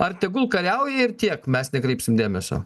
ar tegul kariauja ir tiek mes nekreipsim dėmesio